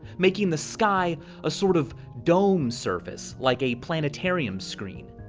making the sky a sort of dome surface, like a planetarium screen.